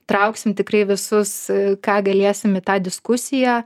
trauksim tikrai visus ką galėsim į tą diskusiją